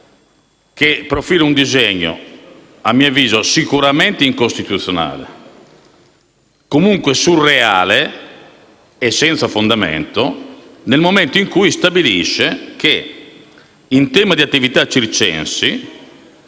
che profila un aspetto che reputo sicuramente incostituzionale, e comunque surreale, senza fondamento, nel momento in cui stabilisce che, in tema di attività circensi,